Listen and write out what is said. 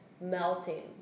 melting